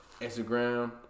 Instagram